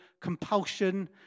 compulsion